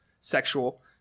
sexual